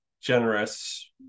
generous